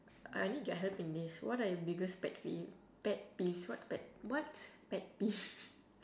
I need your help in this what are your biggest pet pee~ pet peeves what pet what's pet peeves